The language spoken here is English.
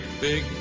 big